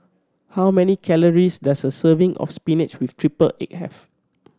how many calories does a serving of spinach with triple egg have